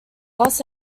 los